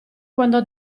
quando